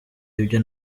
ibyo